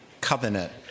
covenant